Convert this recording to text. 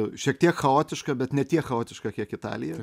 šiek tiek chaotiška bet ne tiek chaotiška kiek italija